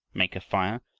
make a fire,